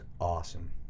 awesome